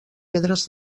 pedres